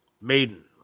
Maiden